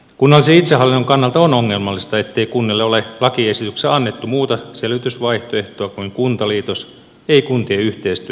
kunnallisen itsehallinnon kannalta on ongelmallista ettei kunnille ole lakiesityksessä annettu muuta selvitysvaihtoehtoa kuin kuntaliitos ei kuntien yhteistyön tiivistämistä